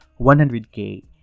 $100K